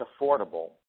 affordable